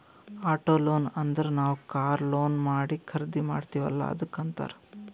auto loan ಅಂದುರ್ ನಾವ್ car loan ಮಾಡಿ ಖರ್ದಿ ಮಾಡ್ತಿವಿ ಅಲ್ಲಾ ಅದ್ದುಕ್ ಅಂತ್ತಾರ್